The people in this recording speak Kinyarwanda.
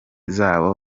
zabo